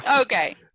Okay